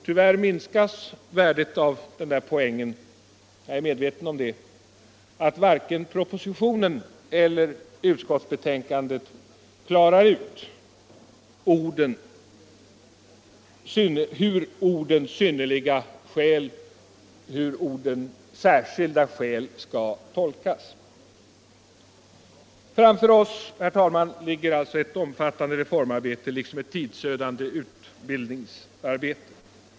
Tyvärr minskas värdet av poängen —- jag är medveten om det - genom att varken propositionen eller utskottsbehandlingen klarar ut hur orden synnerliga resp. särskilda skäl skall tolkas. Framför oss, herr talman, ligger alltså ett omfattande reformarbete liksom ett tidsödande utbildningsarbete.